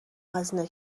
هزینه